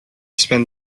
spend